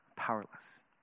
powerless